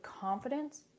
confidence